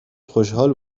خوشحال